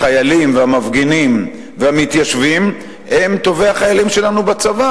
החיילים והמפגינים והמתיישבים הם טובי החיילים שלנו בצבא,